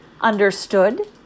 Understood